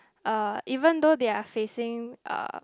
uh even though they are facing uh